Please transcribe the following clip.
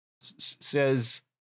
says